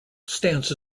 stands